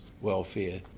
welfare